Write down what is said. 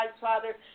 Father